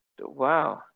Wow